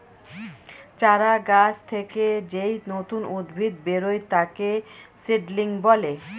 চারা গাছ থেকে যেই নতুন উদ্ভিদ বেরোয় তাকে সিডলিং বলে